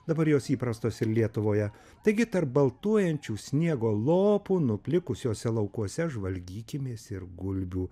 dabar jos įprastos ir lietuvoje taigi tarp baltuojančių sniego lopų nuplikusiuose laukuose žvalgykimės ir gulbių